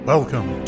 Welcome